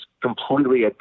completely